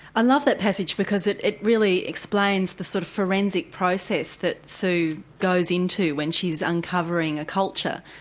i love that passage because it it really explains the sort of forensic process that sue goes into when she's uncovering a culture,